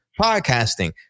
podcasting